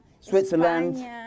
Switzerland